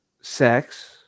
sex